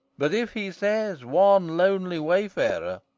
but if he says one lonely wayfarer,